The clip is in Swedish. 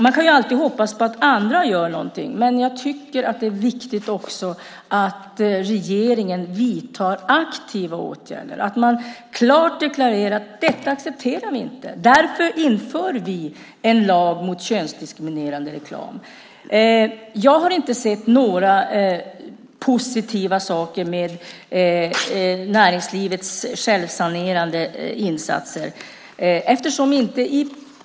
Man kan ju alltid hoppas på att andra gör någonting. Men det är också viktigt att regeringen vidtar aktiva åtgärder och klart deklarerar: Detta accepterar vi inte, och därför inför vi en lag mot könsdiskriminerande reklam. Jag har inte sett några positiva saker med näringslivets självsanerande insatser.